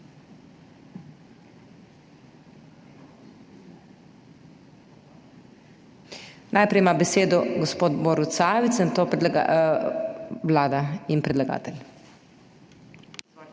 Najprej ima besedo gospod Borut Sajovic, nato Vlada in predlagatelj.